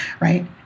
Right